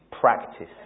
practice